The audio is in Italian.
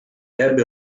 ebbe